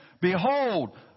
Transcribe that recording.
Behold